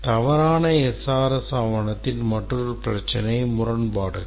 தவறான SRS ஆவணத்தின் மற்றொரு பிரச்சினை முரண்பாடுகள்